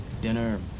dinner